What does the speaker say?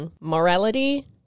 morality